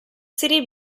serie